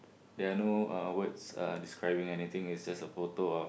there are no uh words uh describing anything it's just a photo of